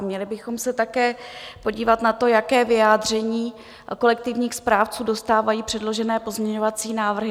Měli bychom se také podívat na to, jaké vyjádření kolektivních správců dostávají předložené pozměňovací návrhy.